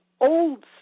old